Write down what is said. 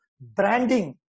branding